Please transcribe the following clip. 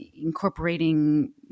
incorporating